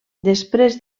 després